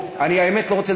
האמת,